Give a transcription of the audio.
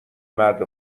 مرد